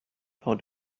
out